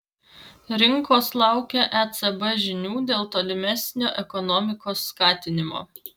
rinkos laukia ecb žinių dėl tolimesnio ekonomikos skatinimo